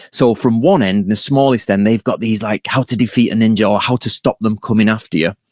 so from one end, the smallest end, they've got these like how to defeat a ninja or how to stop them coming after you,